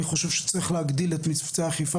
אני חושב שצריך להגדיל את מבצעי האכיפה.